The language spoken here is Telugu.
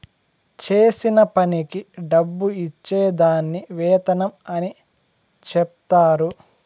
చేసిన పనికి డబ్బు ఇచ్చే దాన్ని వేతనం అని చెప్తారు